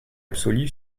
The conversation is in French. absolue